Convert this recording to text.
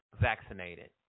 Vaccinated